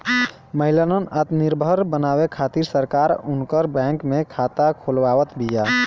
महिलन आत्मनिर्भर बनावे खातिर सरकार उनकर बैंक में खाता खोलवावत बिया